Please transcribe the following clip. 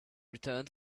returned